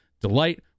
Delight